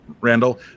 Randall